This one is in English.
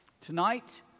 tonight